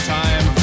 time